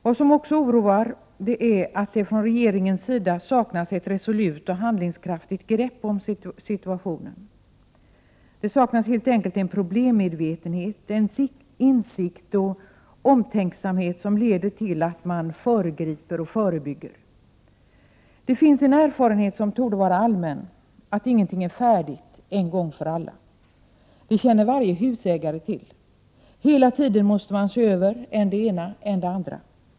Vad som också oroar är att det från regeringens sida saknas ett resolut och | handlingskraftigt grepp om situationen. Det saknas helt enkelt en problemmedvetenhet, den insikt och omtänksamhet som leder till att man föregriper och förebygger. Det finns en erfarenhet som torde vara allmän, nämligen att ingenting är färdigt en gång för alla. Det känner varje husägare till, som hela tiden måste se över än det ena än det andra.